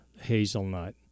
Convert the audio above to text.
hazelnut